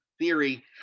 theory